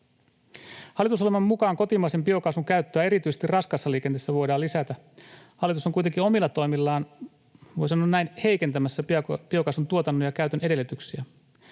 Hallitusohjelman mukaan kotimaisen biokaasun käyttöä erityisesti raskaassa liikenteessä voidaan lisätä. Hallitus on kuitenkin omilla toimillaan — voi sanoa näin — heikentämässä biokaasun tuotannon ja käytön edellytyksiä.